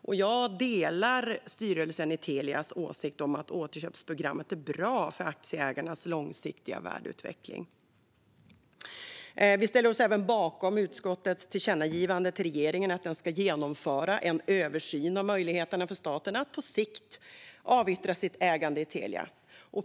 Jag delar åsikten hos styrelsen i Telia att återköpsprogrammet är bra för den långsiktiga värdeutvecklingen för aktieägarna. Vi ställer oss även bakom utskottets tillkännagivande till regeringen om att den ska genomföra en översyn av möjligheterna för staten att på sikt avyttra sitt ägande i Telia.